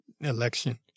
election